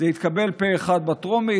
זה התקבל פה אחד בטרומית,